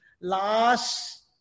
last